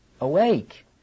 awake